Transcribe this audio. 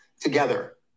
Together